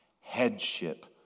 headship